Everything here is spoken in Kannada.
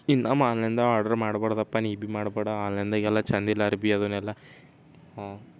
ಇನ್ನು ನಮ್ಮ ಆನ್ಲೈಂದ ಆಡ್ರ್ ಮಾಡ್ಬಾರ್ದಪ್ಪ ನೀಬಿ ಮಾಡ್ಬೇಡ ಆನ್ಲೈನ್ದಾಗೆಲ್ಲ ಚೆಂದಿಲ್ಲ ಅರ್ಬಿ ಅವನ್ನೆಲ್ಲ ಹಾಂ